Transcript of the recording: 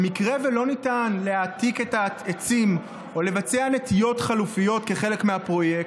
במקרה שלא ניתן להעתיק את העצים או לבצע נטיעות חלופיות כחלק מהפרויקט,